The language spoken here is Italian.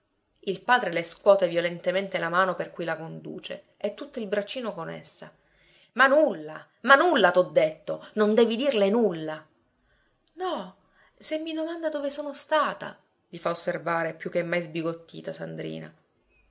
il padre le scuote violentemente la mano per cui la conduce e tutto il braccino con essa ma nulla ma nulla t'ho detto non devi dirle nulla no se mi domanda dove sono stata gli fa osservare più che mai sbigottita sandrina